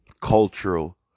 cultural